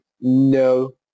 no